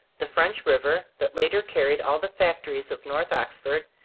the french river, that later carried all the factories of north oxford,